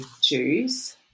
choose